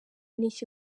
n’iki